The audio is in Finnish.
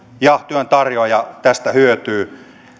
ja työntarjoaja tästä hyötyvät